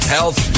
Health